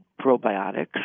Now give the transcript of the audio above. probiotics